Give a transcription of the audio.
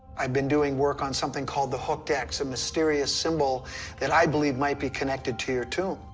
i've been doing work on something called the hooked x, a mysterious symbol that i believe might be connected to your tomb.